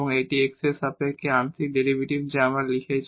এটি x এর সাপেক্ষে আংশিক ডেরিভেটিভ যা আমরা লিখেছি